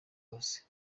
hose